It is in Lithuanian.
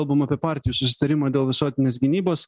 kalbam apie partijų susitarimą dėl visuotinės gynybos